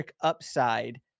upside